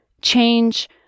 Change